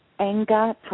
anger